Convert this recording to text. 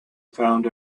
found